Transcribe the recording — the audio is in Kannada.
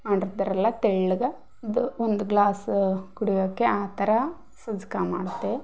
ಮಾಡಿರ್ತಾರಲ್ವ ತೆಳ್ಳಗೆ ಅದು ಒಂದು ಗ್ಲಾಸು ಕುಡಿಯೋಕ್ಕೆ ಆ ಥರ ಸಜ್ಕ ಮಾಡ್ತೇವೆ